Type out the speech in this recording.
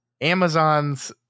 amazon's